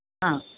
ആഹ്